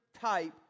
type